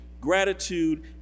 gratitude